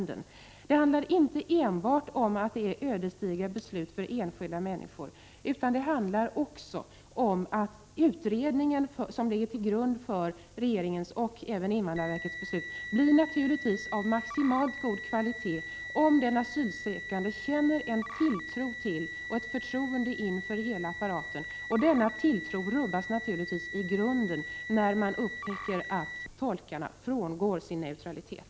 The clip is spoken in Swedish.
Det handlar inte enbart om ödesdigra beslut för enskilda människor utan också om att den utredning som ligger till grund för regeringens och även invandrarverkets beslut blir av maximalt god kvalitet, om den asylsökande känner en tilltro till och ett förtroende inför hela apparaten. Denna tilltro rubbas naturligtvis i grunden, när man upptäcker att tolkarna frångår sin neutralitet.